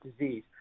disease